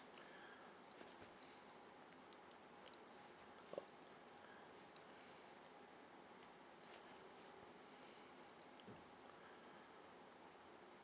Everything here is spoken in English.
uh